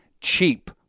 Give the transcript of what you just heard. cheap